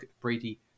Brady